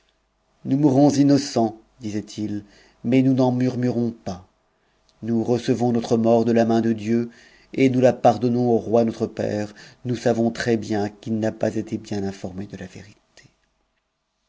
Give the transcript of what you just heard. nous mourons innocents disaient-ils mais nous n'en murmurons pas nous recevons notre mort de la main de dieu et nous la pardonnons au roi notre père nous savons très-bien qu'il n'a pas été bien informé de la vérité